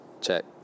check